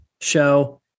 show